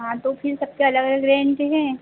हाँ तो फिर सबके अलग अलग रेंज हैं